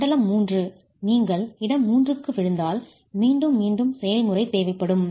மண்டலம் 3 நீங்கள் இடம் 3 க்கு விழுந்தால் மீண்டும் மீண்டும் செயல்முறை தேவைப்படும்